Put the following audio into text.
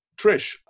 Trish